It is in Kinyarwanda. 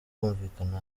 kumvikana